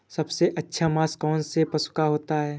सबसे अच्छा मांस कौनसे पशु का होता है?